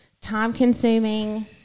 time-consuming